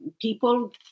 people